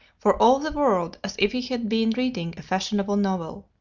for all the world as if he had been reading a fashionable novel.